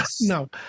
no